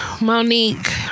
Monique